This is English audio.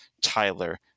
tyler